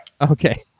Okay